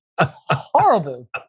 horrible